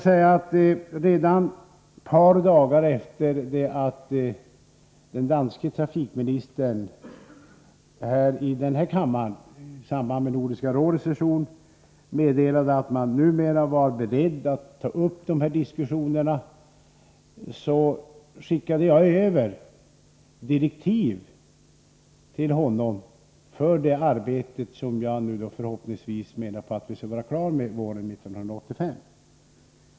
Redan ett par dagar efter det att den danske trafikministern i den här kammaren i samband med Nordiska rådets session meddelade att man nu var beredd att ta upp diskussioner skickade jag till trafikministern över direktiv för det arbete som jag hoppas vi kan vara klara med våren 1985.